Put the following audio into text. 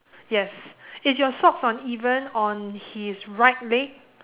yes is your socks uneven on his right leg